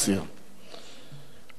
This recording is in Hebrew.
אדוני השר, אדוני היושב-ראש,